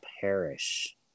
perish